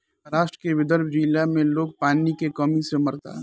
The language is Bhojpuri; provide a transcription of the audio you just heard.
महाराष्ट्र के विदर्भ जिला में लोग पानी के कमी से मरता